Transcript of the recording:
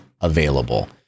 available